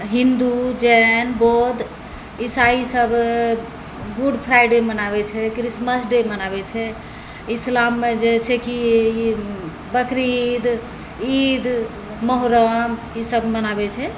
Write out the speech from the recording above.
हिन्दू जैन बौद्ध ईसाई सब गुड फ्राइडे मनाबै छै क्रिसमस डे मनाबै छै इस्लाममे जे छै कि बकरीद ईद मोहर्रम ईसब मनाबै छै